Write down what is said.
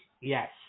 Yes